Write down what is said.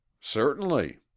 Certainly